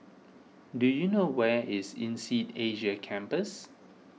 do you know where is Insead Asia Campus